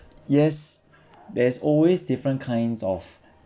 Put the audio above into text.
yes there's always different kinds of